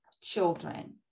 children